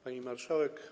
Pani Marszałek!